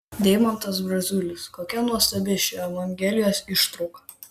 deimantas braziulis kokia nuostabi ši evangelijos ištrauka